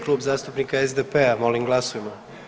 Klub zastupnika SDP-a, molim glasujmo.